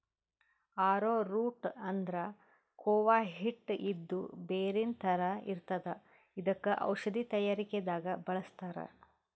ಆರೊ root ಅಂದ್ರ ಕೂವ ಹಿಟ್ಟ್ ಇದು ಬೇರಿನ್ ಥರ ಇರ್ತದ್ ಇದಕ್ಕ್ ಔಷಧಿ ತಯಾರಿಕೆ ದಾಗ್ ಬಳಸ್ತಾರ್